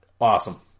Awesome